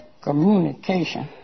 Communication